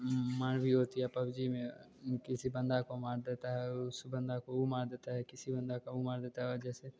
मार भी होती है पबजी में किसी बंदे को मार देता है उस बंदा को वह मार देता है किसी बंदा के वह मार देता है और जैसे